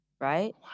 Right